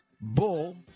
bull